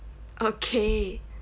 okay